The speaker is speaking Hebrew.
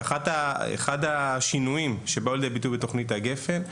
אחד השינויים שבאו לידי ביטוי בתוכנית גפ"ן,